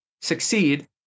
succeed